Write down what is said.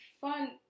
fun